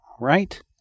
Right